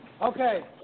Okay